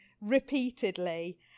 repeatedly